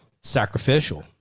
sacrificial